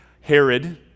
Herod